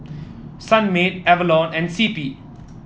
Sunmaid Avalon and C P